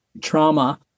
trauma